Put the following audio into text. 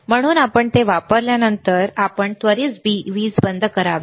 म्हणून आपण ते वापरल्यानंतर आपण त्वरित वीज बंद करावी